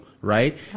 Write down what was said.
right